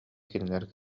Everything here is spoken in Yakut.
кинилэр